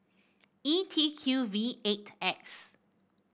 E T Q V eight X